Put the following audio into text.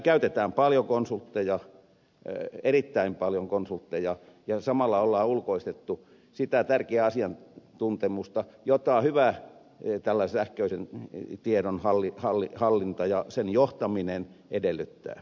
käytetään paljon konsultteja erittäin paljon konsultteja ja samalla on ulkoistettu sitä tärkeää asiantuntemusta jota hyvä sähköisen tiedon hallinta ja sen johtaminen edellyttää